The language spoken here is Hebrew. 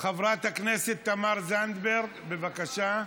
חברת הכנסת תמר זנדברג, בבקשה.